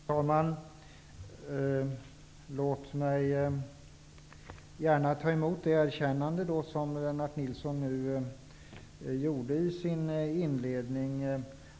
Herr talman! Jag tar gärna emot det erkännande som Lennart Nilsson gjorde i sin inledning.